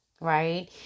right